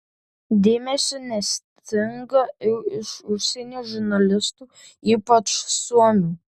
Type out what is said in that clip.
dėmesio nestinga ir iš užsienio žurnalistų ypač suomių